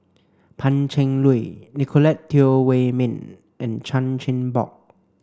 Pan Cheng Lui Nicolette Teo Wei min and Chan Chin Bock